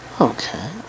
Okay